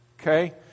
okay